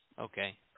Okay